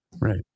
Right